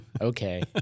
okay